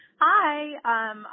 Hi